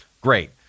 Great